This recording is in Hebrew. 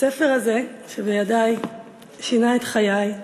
הספר הזה שבידי שינה את חיי,